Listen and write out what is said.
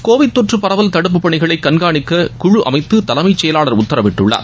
Covid தொற்று பரவல் தடுப்பு பனிகளை கண்காணிக்க குழு அமைத்து தலைமை செயலாளர் உத்தரவிட்டுள்ளார்